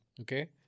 okay